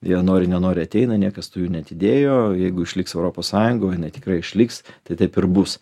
jie nori nenori ateina niekas tų jų neatidėjo jeigu išliks europos sąjunga o jinai tikrai išliks tai taip ir bus